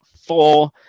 four